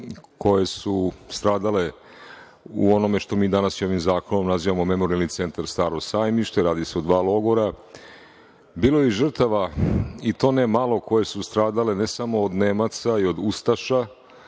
koje su stradale u onome što mi danas ovim zakonom nazivamo Memorijalni centar „Staro sajmište“, radi se o dva logora, bilo je i žrtava, i to ne malo, koje su stradale ne samo od Nemaca i od ustaša,